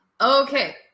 okay